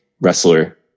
wrestler